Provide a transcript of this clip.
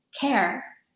care